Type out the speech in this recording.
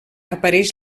apareix